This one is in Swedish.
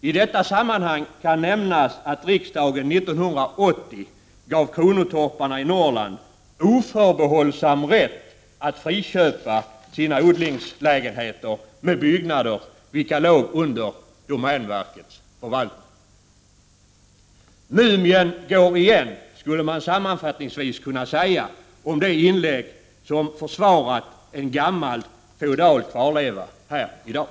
I detta sammanhang kan nämnas att riksdagen 1980 gav kronotorparna i Norrland oförbehållsam rätt att friköpa sina odlingslägenheter med byggnader, vilka låg under domänverkets förvaltning. Mumien går igen, skulle man sammanfattningsvis kunna säga om de inlägg som försvarat en gammal feodal kvarleva här i dag.